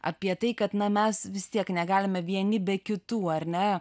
apie tai kad na mes vis tiek negalime vieni be kitų ar ne